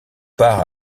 part